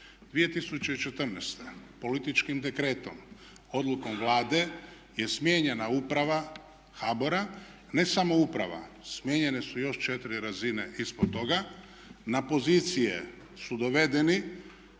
2014. političkim dekretom, odlukom Vlade je smijenjena uprava HBOR-a. Ne samo uprava, smijenjene su još četiri razine ispod toga. Na pozicije su dovedeni,